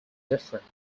different